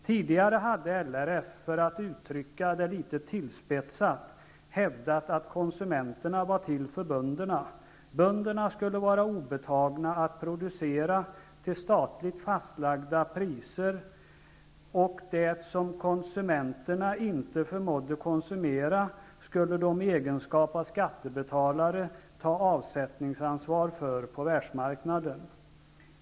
Tidigare hade LRF -- för att uttrycka det litet tillspetsat -- hävdat att konsumenterna var till för bönderna. Bönderna skulle vara obetagna att producera till statligt fastlagda priser, och det som konsumenterna inte förmådde konsumera skulle de i egenskap av skattebetalare ta avsättningsansvar för på världsmarknaden.